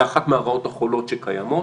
זו אחת מהרעות החולות שקיימות.